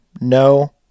no